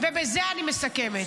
יש לי גם ככה חצי שעה ואני צמצמתי.